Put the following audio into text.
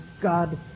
God